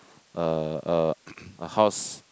a a a house